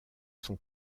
son